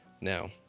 Now